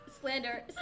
Slander